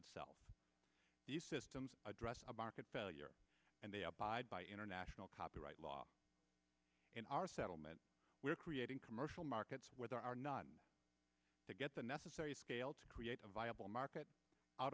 itself the systems address of market failure and they abide by international copyright law in our settlement we're creating commercial markets where there are none to get the necessary scale to create a viable market out